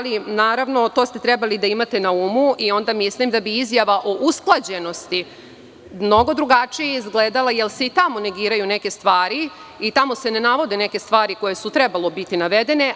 To ste trebali da imate na umu i onda mislim da bi izjava o usklađenosti mnogo drugačije izgledala, jer se i tamo negiraju neke stvari i tamo se ne navode neke stvari koje su trebalo biti navedene.